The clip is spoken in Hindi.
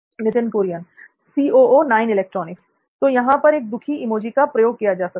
नित्थिन कुरियन तो यहां पर एक दुखी इमोजी का प्रयोग किया जा सकता है